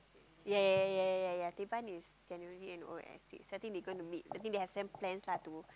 ya ya ya ya ya ya Teban is generally an old estate so I think they going to meet I think they have some plans lah to move